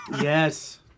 Yes